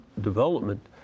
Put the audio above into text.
development